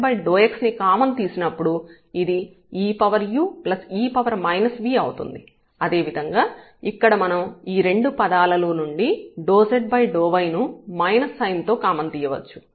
∂z∂x ని కామన్ తీసినప్పుడు ఇది eue v అవుతుంది అదేవిధంగా ఇక్కడ మనం ఈ రెండు పదాలలో నుండి ∂z∂y ను మైనస్ సైన్ తో కామన్ తీయవచ్చు